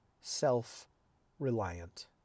self-reliant